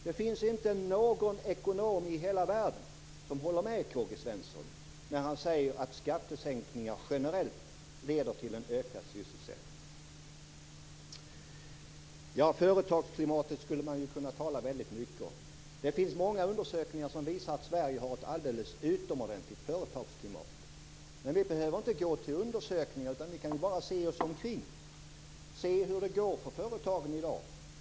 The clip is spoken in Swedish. Det finns inte någon ekonom i hela världen som håller med K-G Svenson när han säger att skattesänkningar generellt leder till en ökad sysselsättning. Man skulle kunna tala mycket om företagsklimatet. Många undersökningar visar att Sverige har ett alldeles utomordentligt företagsklimat. Men vi behöver inte gå till undersökningar, vi kan bara se oss omkring. Då ser vi hur det går för företagen i dag.